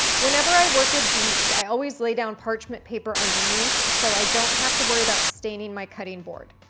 whenever i work with beets, i always lay down parchment paper underneath so i don't have to worry about staining my cutting board.